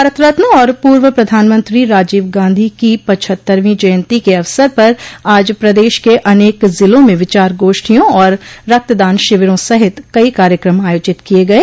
भारत रत्न और पूर्व प्रधानमंत्री राजीव गांधी की पचहत्तरवीं जयंती के अवसर पर आज प्रदेश के अनेक ज़िलों में विचार गोष्ठियों और रक्तदान शिविरों सहित कई कार्यक्रम आयोजित किये गये